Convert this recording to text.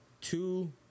Two